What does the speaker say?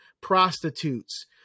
prostitutes